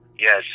Yes